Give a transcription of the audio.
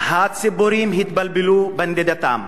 הציפורים התבלבלו בנדידתן.